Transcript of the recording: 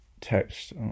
text